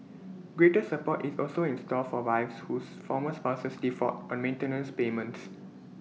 greater support is also in store for wives whose former spouses default on maintenance payments